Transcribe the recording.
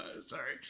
sorry